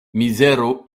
mizero